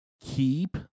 Keep